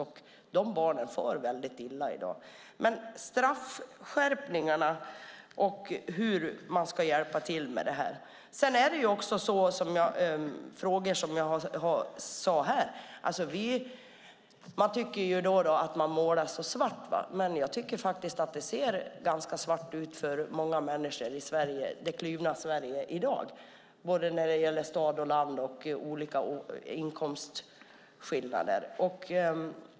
Och de här barnen far väldigt illa i dag. Jag undrar över straffskärpningarna och hur man ska hjälpa till med det här. Man tycker att det målas så svart. Men jag tycker faktiskt att det ser ganska svart ut för många människor i Sverige, det kluvna Sverige, i dag, både när det gäller stad och land och inkomstskillnader.